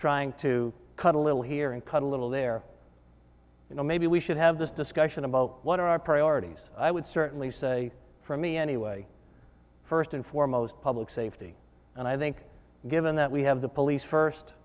trying to cut a little here and cut a little there you know maybe we should have this discussion about what are our priorities i would certainly say for me anyway first and foremost public safety and i think given that we have the police first